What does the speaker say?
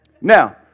Now